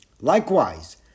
Likewise